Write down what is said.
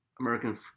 American